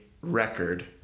record